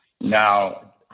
now